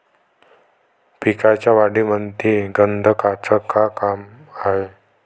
पिकाच्या वाढीमंदी गंधकाचं का काम हाये?